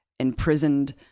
imprisoned